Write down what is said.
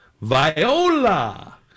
Viola